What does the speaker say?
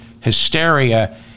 hysteria